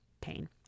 pain